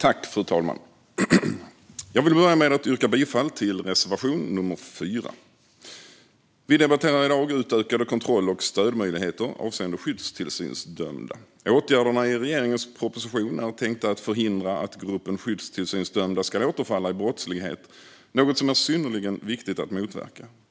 Fru talman! Jag vill börja med att yrka bifall till reservation nummer 4. Vi debatterar i dag utökade kontroll och stödmöjligheter avseende skyddstillsynsdömda. Åtgärderna i regeringens proposition är tänkta att förhindra att gruppen skyddstillsynsdömda ska återfalla i brottslighet, något som är synnerligen viktigt att motverka.